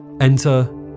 Enter